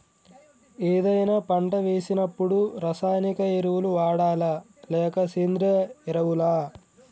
ఏదైనా పంట వేసినప్పుడు రసాయనిక ఎరువులు వాడాలా? లేక సేంద్రీయ ఎరవులా?